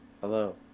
hello